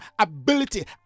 ability